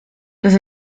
los